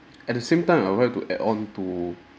at the same time I would like to add-on to